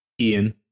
Ian